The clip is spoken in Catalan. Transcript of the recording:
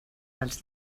dels